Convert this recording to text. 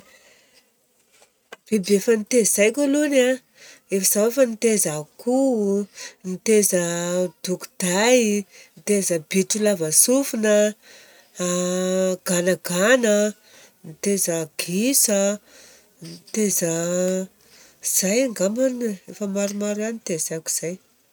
Biby efa nitaizaiko alohany an zaho efa nitaiza akoho, nitaiza doko-dahy, nitaiza bitro lava sofina, ganagana, nitaiza gisa, nitaiza Izay angambany e. Efa maromaro ihany nitaizaiko izay.